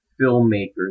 filmmakers